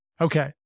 Okay